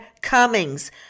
Cummings